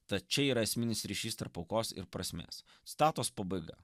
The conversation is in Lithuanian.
tad čia yra esminis ryšys tarp aukos ir prasmės citatos pabaiga